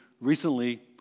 recently